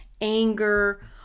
anger